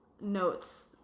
notes